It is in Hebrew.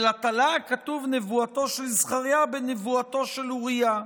אלא תלה הכתוב נבואתו של זכריה בנבואתו של אוריה.